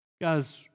Guys